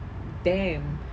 damn